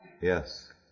Yes